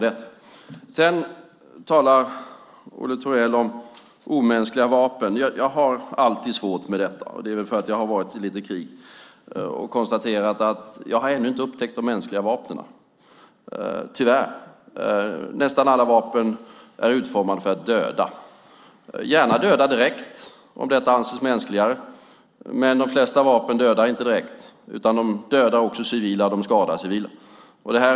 Olle Thorell talade om omänskliga vapen. Jag har alltid svårt med det, och det beror väl på att jag varit i en del krig och kunnat konstatera att jag ännu inte upptäckt de mänskliga vapnen, tyvärr. Nästan alla vapen är utformade för att döda, gärna direkt om det anses mänskligare. De flesta vapen dödar dock inte direkt, utan de dödar och skadar även civila.